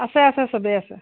আছে আছে চবেই আছে